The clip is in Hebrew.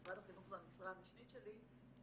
משרד החינוך הוא המשרה המשנית שלי.